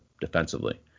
defensively